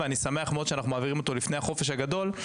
ואני שמח מאוד שאנחנו מעבירים אותו לפני החופש הגדול.